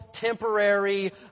temporary